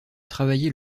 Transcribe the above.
travailler